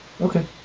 Okay